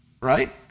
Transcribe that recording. right